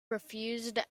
refused